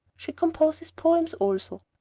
she composes poems also.